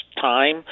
time